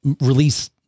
release